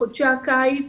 בחודשי הקיץ,